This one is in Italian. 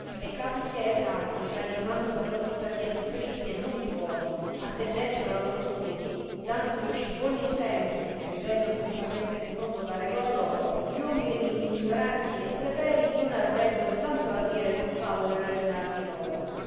e capi chierecati ragionando però tuttavia di tristi e non di buoni attendessero a loro studi dandoci buoni essempi e vivendo santamente secondo la regola loro gii uomini ignoranti e plebei non arrebbono tanto ardire con favole ragionar di loro